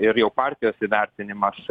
ir jau partijos įvertinimas